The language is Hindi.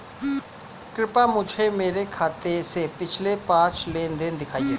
कृपया मुझे मेरे खाते से पिछले पांच लेनदेन दिखाएं